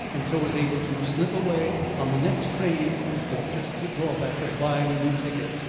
and so was able to slip away on the next train with just the drawback of buying a new ticket.